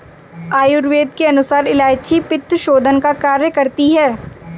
आयुर्वेद के अनुसार इलायची पित्तशोधन का कार्य करती है